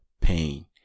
pain